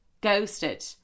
ghosted